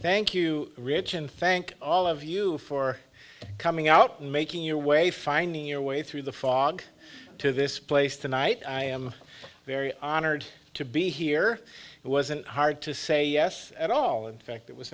and thank all of you for coming out and making your way finding your way through the fog to this place tonight i am very honored to be here it wasn't hard to say yes at all in fact it was